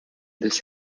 this